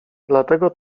dlatego